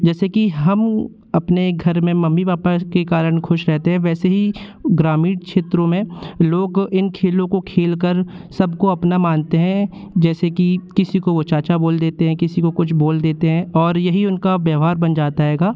जैसे कि हम अपने घर में मम्मी पापा के कारण खुश रहते हैं वैसे ही ग्रामीण क्षेत्रों में लोग इन खेलों को खेल कर सब को अपना मानते हैं जैसे की किसी को वह चाचा बोल देते हैं किसी को कुछ बोल देते हैं और यही उनका व्यवहार बन जाता हैगा